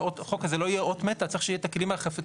שהחוק הזה לא יהיה אות מתה צריך שיהיה את הכלים האכיפתיים,